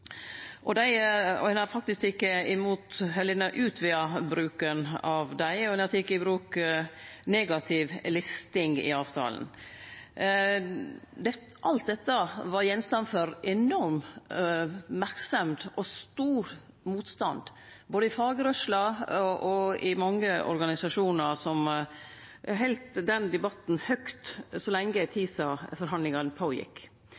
Ein har faktisk utvida bruken av dei, og ein har teke i bruk negativ listing i avtalen. Alt dette var gjenstand for enorm merksemd og stor motstand både i fagrørsla og i mange organisasjonar som heldt den debatten høgt så lenge